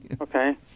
Okay